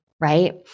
right